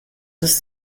ist